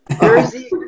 Jersey